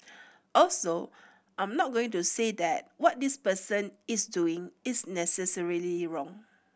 also I'm not going to say that what this person is doing is necessarily wrong